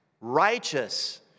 righteous